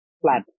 flat